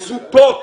בזוטות.